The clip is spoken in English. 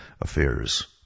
Affairs